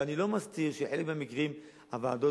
ואני לא מסתיר שבחלק מהמקרים הוועדות